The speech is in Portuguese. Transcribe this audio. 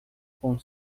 com